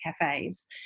Cafes